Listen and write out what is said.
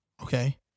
Okay